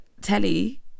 telly